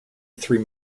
three